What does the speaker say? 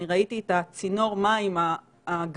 אני ראיתי את צינור המים הגזור,